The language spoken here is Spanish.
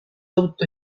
auto